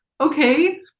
okay